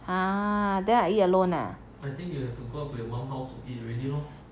!huh! then I eat alone ah